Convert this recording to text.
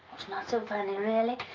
it's not so funny, really.